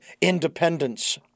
independence